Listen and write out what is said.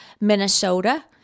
Minnesota